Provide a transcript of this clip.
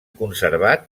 conservat